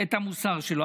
את המוסר שלו.